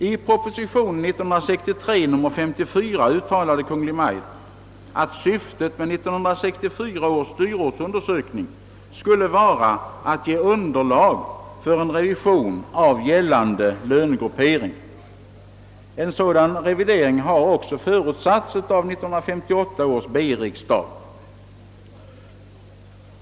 I proposition 1963 nr 54 uttalade Kungl. Maj:t att syftet med 1964 års dyrortsundersökning skulle vara att ge underlag för en revision av gällande lönegruppering. En sådan revision har också förutsatts av 1958 års B-riksdag.